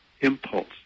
impulse